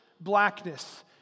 blackness